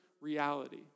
reality